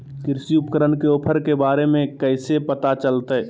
कृषि उपकरण के ऑफर के बारे में कैसे पता चलतय?